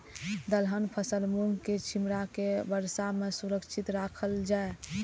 दलहन फसल मूँग के छिमरा के वर्षा में सुरक्षित राखल जाय?